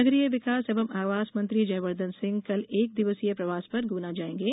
नगरीय विकास एवं आवास मंत्री जयवर्धन सिंह कल एक दिवसीय प्रवास पर गुना जाएंगे